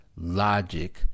logic